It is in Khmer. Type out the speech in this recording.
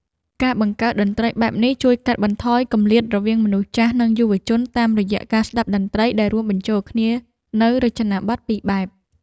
ការបង្កើតតន្ត្រីបែបនេះជួយកាត់បន្ថយគម្លាតរវាងមនុស្សចាស់ និងយុវជន តាមរយៈការស្ដាប់តន្ត្រីដែលរួមបញ្ចូលគ្នានូវរចនាបថពីរបែប។